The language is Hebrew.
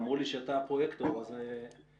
אמרו לי שאתה הפרוייקטור ולכן פניתי אליך.